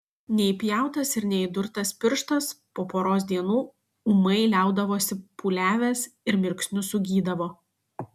neįpjautas ir neįdurtas pirštas po poros dienų ūmai liaudavosi pūliavęs ir mirksniu sugydavo